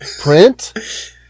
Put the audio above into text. print